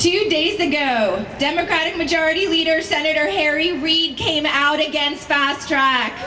two days ago democratic majority leader senator harry reid came out against fast track